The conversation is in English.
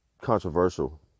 controversial